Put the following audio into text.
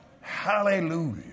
Hallelujah